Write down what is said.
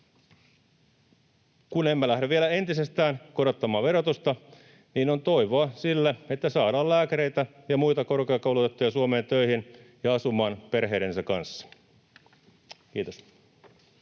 Kun emme lähde vielä entisestään korottamaan verotusta, niin on toivoa sille, että saadaan lääkäreitä ja muita korkeakoulutettuja Suomeen töihin ja asumaan perheidensä kanssa. — Kiitos.